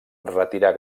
retirar